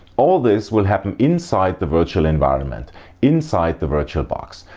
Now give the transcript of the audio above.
all this will happen inside the virtual environment inside the virtualbox.